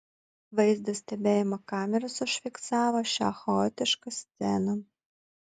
vaizdo stebėjimo kameros užfiksavo šią chaotišką sceną